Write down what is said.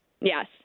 Yes